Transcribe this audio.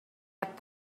had